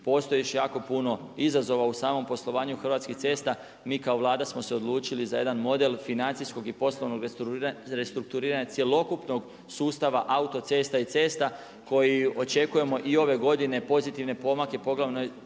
postoji još jako puno izazova u samom poslovanju Hrvatskih cesta. Mi kao Vlada smo se odlučili za jedan model financijskog i poslovnog restrukturiranja cjelokupnog sustava autocesta i cesta koji očekujemo i ove godine pozitivne pomake poglavito